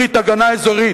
ברית הגנה אזורית,